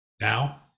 Now